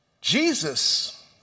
Jesus